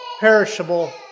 perishable